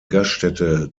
gaststätte